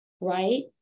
right